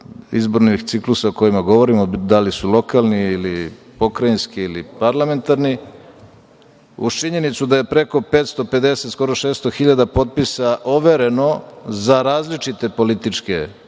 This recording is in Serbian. izbornih ciklusa o kojima govorimo, da li su lokalni ili pokrajinski ili parlamentarni, uz činjenicu da je preko 550, skoro 600 hiljada potpisa overeno za različite političke